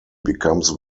becomes